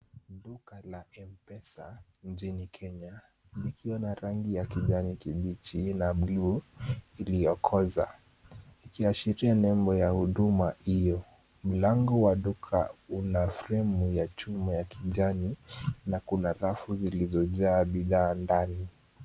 Duka la M-Pesa nchini Kenya likiwa na rangi ya kijani kibichi na buluu iliyokoza, ikiashiria nembo ya huduma hiyo. Mlango wa duka una fremu ya chuma ya kijani na kuna rafu zilizojaa bidhaa ndani.